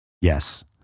Yes